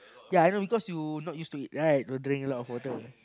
ya I know because you not used to it right don't drink a lot of water